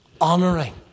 honoring